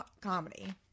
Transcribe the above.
comedy